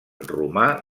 romà